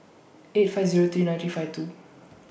eight five Zero three ninety five two